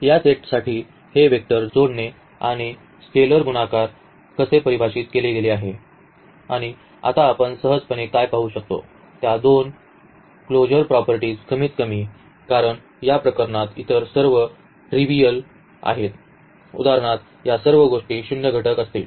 तर या सेटसाठी हे वेक्टर जोडणे आणि स्केलर गुणाकार कसे परिभाषित केले गेले आहे आणि आता आपण सहजपणे काय पाहू शकतो त्या दोन बंद गुणधर्म कमीतकमी कारण या प्रकरणात इतर सर्व ट्रिव्हीयल आहेत उदाहरणार्थ या सर्व गोष्टी शून्य घटक असतील